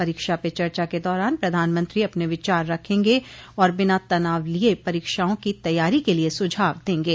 परीक्षा पे चर्चा के दौरान प्रधानमंत्री अपने विचार रखेंगे और बिना तनाव लिए परीक्षाओं की तैयारी के लिए सुझाव देंगे